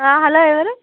hello ఎవరు